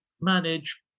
manage